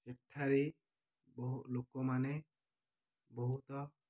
ସେଠାରେ ବହୁ ଲୋକମାନେ ବହୁତ